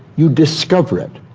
you discover it.